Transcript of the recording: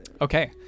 Okay